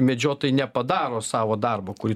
medžiotojai nepadaro savo darbo kurį